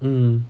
mm